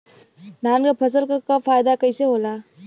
धान क फसल क फायदा कईसे होला?